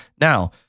Now